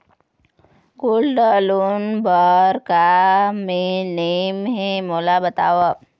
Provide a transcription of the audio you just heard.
Gold loan बार का का नेम हे, मोला बताव?